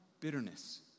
bitterness